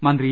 മന്ത്രി ഇ